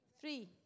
Three